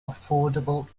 affordable